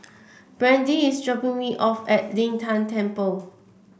Brandee is dropping me off at Lin Tan Temple